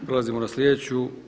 Prelazimo na sljedeću.